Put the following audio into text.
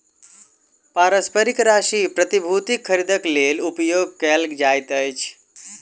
पारस्परिक राशि प्रतिभूतिक खरीदक लेल उपयोग कयल जाइत अछि